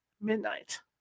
Midnight